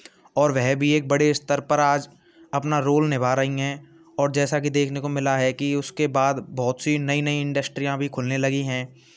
और वह भी एक बड़े स्तर पर आज अपना रोल निभा रही हैं और जैसा कि देखने को मिला है कि उसके बाद बहुत सी नई नई इंडस्ट्रियां भी खुलने लगी हैं